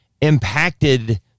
impacted